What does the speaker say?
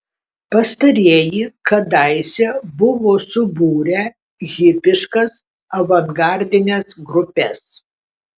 pastarieji kadaise buvo subūrę hipiškas avangardines grupes